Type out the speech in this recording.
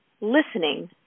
Listening